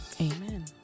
Amen